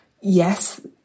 yes